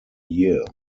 year